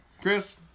Chris